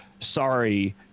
sorry